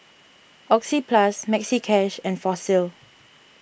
Oxyplus Maxi Cash and Fossil